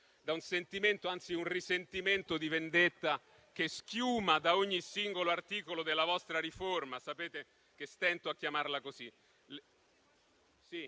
da un sentimento - anzi, un risentimento - di vendetta che schiuma da ogni singolo articolo della vostra riforma (sapete che stento a chiamarla così).